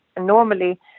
normally